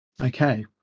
Okay